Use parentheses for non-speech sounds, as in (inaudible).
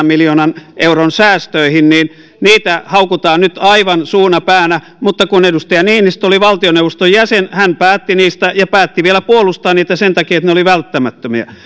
(unintelligible) miljoonan euron säästöihin niin niitä haukutaan nyt aivan suuna päänä mutta kun edustaja niinistö oli valtioneuvoston jäsen hän päätti niistä ja päätti vielä puolustaa niitä sen takia että ne olivat välttämättömiä